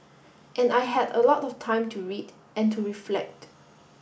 and I had a lot of time to read and to reflect